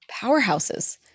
powerhouses